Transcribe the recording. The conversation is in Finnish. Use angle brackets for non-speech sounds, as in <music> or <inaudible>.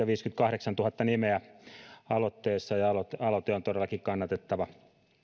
<unintelligible> viisikymmentäkahdeksantuhatta nimeä aloitteessa aloite on todellakin kannatettava